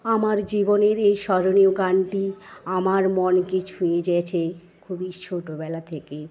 আমার জীবনের এই স্বরণীয় গানটি আমার মনকে ছুঁয়ে গেছে খুবই ছোটবেলা থেকেই